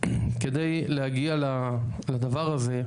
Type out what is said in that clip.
כדי להגיע לדבר הזה,